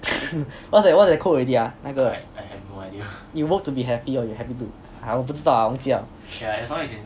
what's that what's quote already ah 那个 you work to be happy or you happy to 哎呀我不知道啦我忘记了